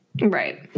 right